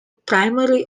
primary